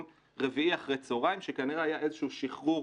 רביעי אחרי הצהריים שכנראה היה איזה שהוא שחרור